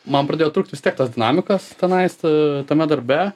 man pradėjo trūkt vis tiek tos dinamikos tenais tame darbe